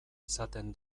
izaten